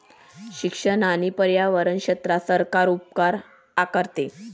शिक्षण आणि पर्यावरण क्षेत्रात सरकार उपकर आकारते